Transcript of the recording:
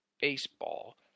baseball